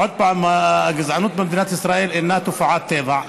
עוד פעם, הגזענות במדינת ישראל אינה תופעת טבע.